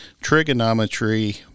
trigonometry